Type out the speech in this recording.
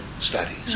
studies